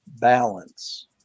balance